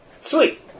Sweet